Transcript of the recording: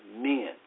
men